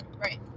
Right